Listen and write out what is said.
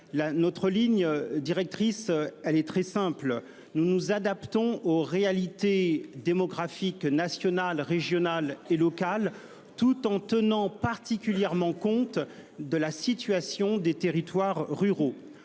Notre ligne directrice est très simple : nous nous adaptons aux réalités démographiques nationales, régionales et locales, tout en accordant une considération particulière à la situation des territoires ruraux.